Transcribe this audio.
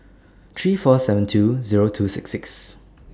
three four seven two Zero two six six